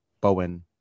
Bowen